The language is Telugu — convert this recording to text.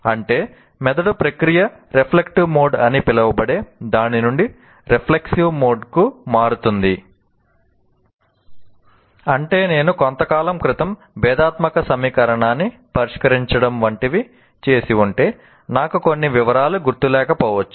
అంటే నేను కొంతకాలం క్రితం భేధాత్మక సమీకరణాన్ని పరిష్కరించడం వంటివి చేసి ఉంటే నాకు అన్ని వివరాలు గుర్తులేకపోవచ్చు